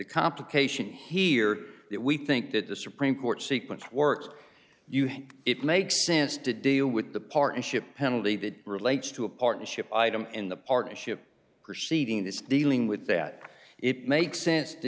complication here if we think that the supreme court sequence works you it makes sense to deal with the partnership penalty that relates to a partnership item in the partnership perceiving this dealing with that it makes sense to